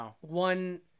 one